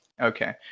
Okay